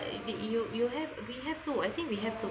if you you have we have to I think we have to